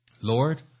Lord